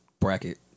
bracket